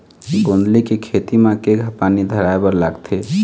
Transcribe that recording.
गोंदली के खेती म केघा पानी धराए बर लागथे?